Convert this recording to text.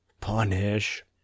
Punish